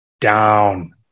down